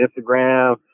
Instagram